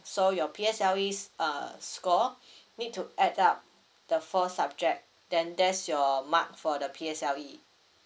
so your P_S_L_E uh score need to add up the four subject then there's your mark for the P_S_L_E